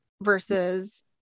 versus